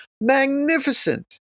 magnificent